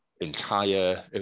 entire